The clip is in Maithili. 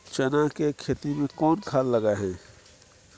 चना के खेती में कोन खाद लगे हैं?